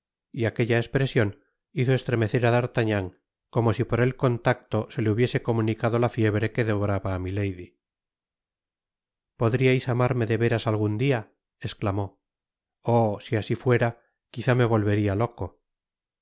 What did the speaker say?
t aquella espresion hizo estremecer á d'artagnan como si por el contacto se le hubiese comunicado la fiebre que devoraba á milady podriais amarme de veras algun dia esclamó oh si asi fuera quizá me volveria loco